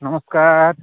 ନମସ୍କାର